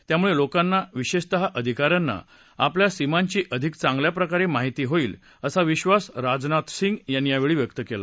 यामुळे लोकांना विशेषतः अधिका यांना आपल्या सीमांची अधिक चांगल्याप्रकारे माहिती होईल असा विश्वास राजनाथ सिंग यांनी यावेळी व्यक्त केला